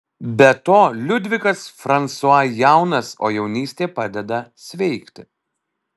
be to liudvikas fransua jaunas o jaunystė padeda sveikti